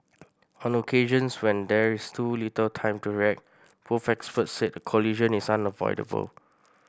on occasions when there is too little time to react both experts said a collision is unavoidable